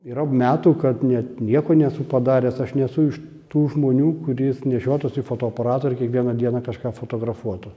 yra metų kad net nieko nesu padaręs aš nesu iš tų žmonių kuris nešiotųsi fotoaparatą ir kiekvieną dieną kažką fotografuotų